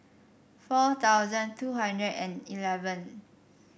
four thousand two hundred and eleven